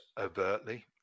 overtly